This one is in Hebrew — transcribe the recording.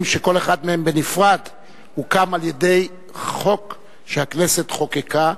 שכל אחד מהם בנפרד הוקם על-ידי חוק שהכנסת חוקקה,